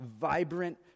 vibrant